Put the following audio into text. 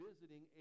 visiting